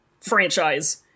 franchise